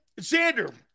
Xander